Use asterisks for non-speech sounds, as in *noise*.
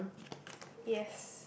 *breath* yes